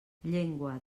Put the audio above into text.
llengua